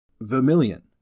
vermilion